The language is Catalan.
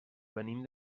venim